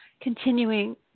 continuing